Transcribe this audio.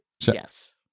Yes